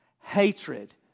Hatred